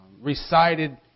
recited